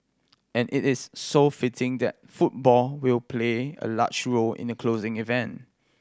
and it is so fitting that football will play a large role in the closing event